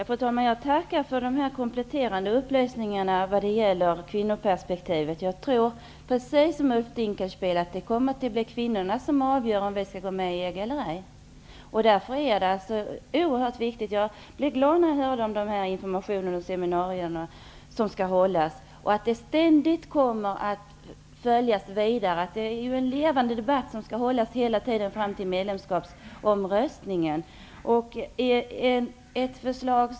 Fru talman! Jag tackar för de här kompletterande upplysningarna om kvinnoperspektivet. Jag tror precis som Ulf Dinkelspiel att det kommer att vara kvinnorna som avgör om vi skall gå med i EG eller ej. Därför är denna fråga oerhört viktig. Jag blev glad när jag fick höra om de seminarier som skall hållas och den information som skall spridas. Det här är en levande debatt som skall följas upp och vara i gång ända fram till folkomröstningen.